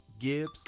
Gibbs